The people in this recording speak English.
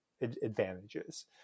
advantages